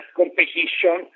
competition